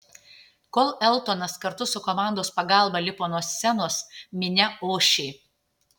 kol eltonas kartu su komandos pagalba lipo nuo scenos minia ošė